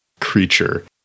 creature